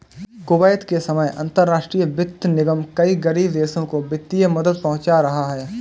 Kuwait के समय अंतरराष्ट्रीय वित्त निगम कई गरीब देशों को वित्तीय मदद पहुंचा रहा है